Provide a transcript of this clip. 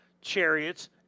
chariots